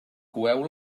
coeu